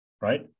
right